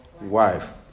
wife